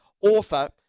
author